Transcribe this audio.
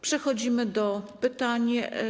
Przechodzimy do pytań.